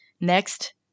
Next